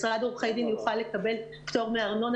משרד עורכי דין יוכל לקבל פטור מארנונה